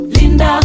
Linda